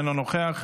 אינו נוכח,